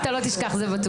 אתה לא תשכח, זה בטוח.